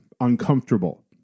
uncomfortable